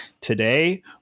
Today